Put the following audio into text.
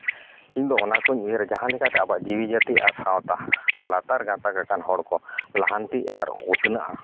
ᱤᱧ ᱫᱚ ᱚᱱᱟ ᱠᱚᱧ ᱩᱭᱦᱟᱹᱨᱟ ᱡᱟᱦᱟᱸ ᱞᱮᱠᱟᱛᱮ ᱟᱵᱚᱣᱟᱜ ᱡᱤᱣᱤ ᱡᱟᱹᱛᱤ ᱟᱨ ᱥᱟᱶᱛᱟ ᱥᱮ ᱞᱟᱛᱟᱨ ᱜᱟᱛᱟᱠ ᱟᱠᱟᱱ ᱦᱚᱲ ᱠᱚ ᱞᱟᱦᱟᱱᱛᱤ ᱟᱨ ᱩᱛᱱᱟᱹᱣᱚᱜᱼᱟ